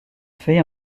fait